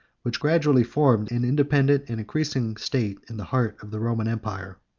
which gradually formed an independent and increasing state in the heart of the roman empire.